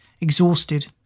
Exhausted